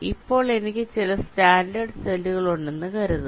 ഇപ്പോൾ എനിക്ക് ചില സ്റ്റാൻഡേർഡ് സെല്ലുകൾ ഉണ്ടെന്ന് കരുതുക